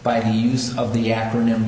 by the use of the acronym